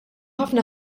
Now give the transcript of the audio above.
ħafna